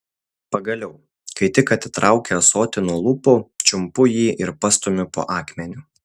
pagaliau kai tik atitraukia ąsotį nuo lūpų čiumpu jį ir pastumiu po akmeniu